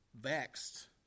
vexed